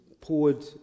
poured